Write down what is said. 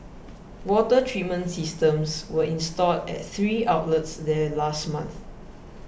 water treatment systems were installed at three outlets there last month